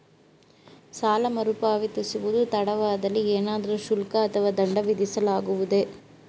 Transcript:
ಸಾಲ ಮರುಪಾವತಿಸುವುದು ತಡವಾದಲ್ಲಿ ಏನಾದರೂ ಶುಲ್ಕ ಅಥವಾ ದಂಡ ವಿಧಿಸಲಾಗುವುದೇ?